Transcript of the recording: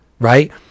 right